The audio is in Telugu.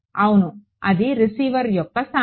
అవును అది రిసీవర్ యొక్క స్థానం